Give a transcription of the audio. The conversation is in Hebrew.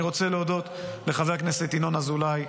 אני רוצה להודות לחבר הכנסת ינון אזולאי,